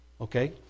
Okay